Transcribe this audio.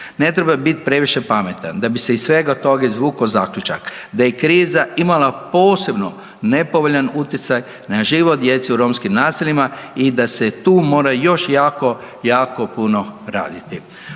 Ne treba biti previše pametan da bi se iz svega toga izvukao zaključak da je kriza imala posebno nepovoljan utjecaj na život djece u romskim naseljima i da se tu mora još jako, jako puno raditi.